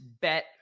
bet